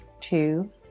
two